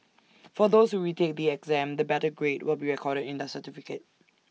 for those who retake the exam the better grade will be recorded in their certificate